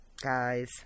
Guys